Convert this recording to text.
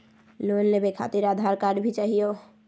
Loan लेवे खातिरआधार card भी चाहियो?